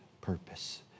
purpose